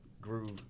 groove